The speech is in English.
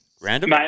Random